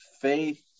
faith